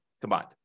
combined